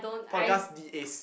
the ace